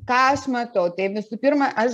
ką aš matau tai visų pirma aš